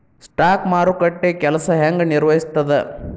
stock ಮಾರುಕಟ್ಟೆ ಕೆಲ್ಸ ಹೆಂಗ ನಿರ್ವಹಿಸ್ತದ